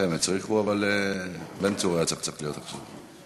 בן צור היה צריך להיות עכשיו.